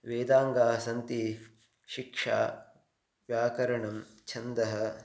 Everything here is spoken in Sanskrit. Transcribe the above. वेदाङ्गानि सन्ति शिक्षा व्याकरणं छन्दः